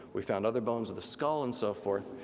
we found other bones of the skull and so forth.